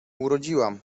urodziłam